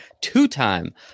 two-time